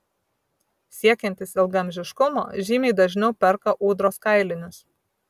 siekiantys ilgaamžiškumo žymiai dažniau perka ūdros kailinius